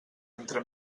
entre